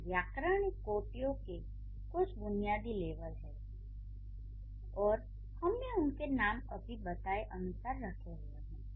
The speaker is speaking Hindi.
ये व्याकरणिक कोटियों के कुछ बुनियादी लेबल हैं और हमने उनके नाम अभी बताए अनुसार रखे हुए हैं